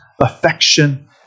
affection